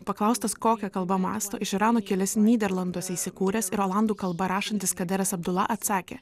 paklaustas kokia kalba mąsto iš irano kilęs nyderlanduose įsikūręs ir olandų kalba rašantis kaderas abdula atsakė